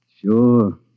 Sure